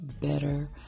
better